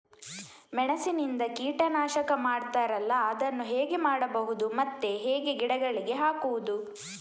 ಮೆಣಸಿನಿಂದ ಕೀಟನಾಶಕ ಮಾಡ್ತಾರಲ್ಲ, ಅದನ್ನು ಹೇಗೆ ಮಾಡಬಹುದು ಮತ್ತೆ ಹೇಗೆ ಗಿಡಗಳಿಗೆ ಹಾಕುವುದು?